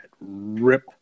rip